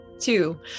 Two